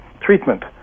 treatment